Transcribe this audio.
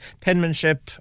penmanship